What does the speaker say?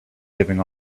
giving